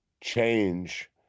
change